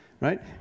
right